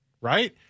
right